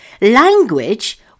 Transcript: Language